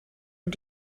und